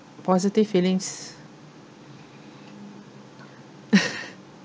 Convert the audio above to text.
positive feelings